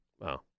Wow